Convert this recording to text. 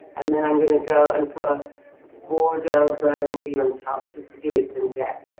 and then i'm going to go and put a bordeaux burgundy on top, just to give it some depth.